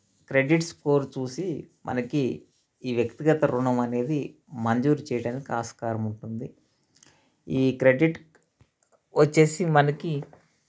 credit score చూసి మనకి ఈ వ్యక్తిగత రుణం అనేది మంజూరు చేయడానికి ఆస్కారం ఉంటుంది ఈ క్రెడిట్ వచ్చేసి మనకి